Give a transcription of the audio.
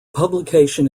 publication